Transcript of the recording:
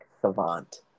savant